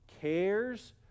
cares